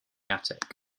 attic